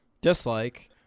dislike